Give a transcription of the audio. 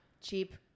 cheap